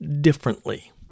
differently